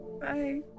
Bye